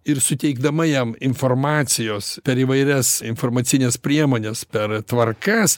ir suteikdama jam informacijos per įvairias informacines priemones per tvarkas